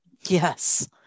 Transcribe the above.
Yes